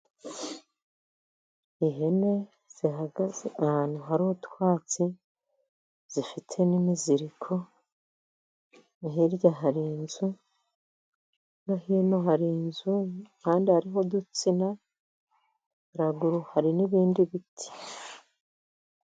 Ihene zihagaze ahantu hari utwatsi zifite n'ibiziriko. Hirya hari inzu no hino hari inzu, kandi hariho udutsina haraguru hari n'ibindi biti.